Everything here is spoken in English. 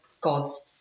gods